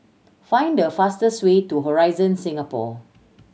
find the fastest way to Horizon Singapore